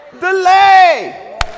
Delay